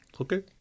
Okay